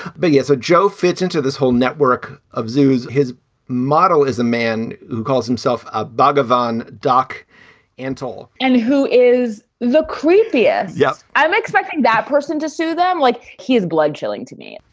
big as a joe fits into this whole network of zoos. his model is a man who calls himself a bhagavan duck and tall and who is the creepy? yes, i'm expecting that person to sue them like he has blood chilling to me,